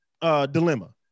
dilemma